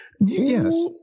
Yes